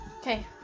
okay